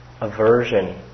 aversion